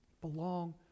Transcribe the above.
Belong